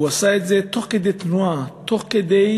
הוא עשה את זה תוך כדי תנועה, תוך כדי